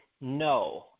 no